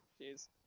jeez